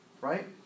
Right